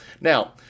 Now